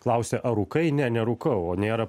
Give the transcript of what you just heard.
klausė ar rūkai ne nerūkau o nėra